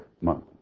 month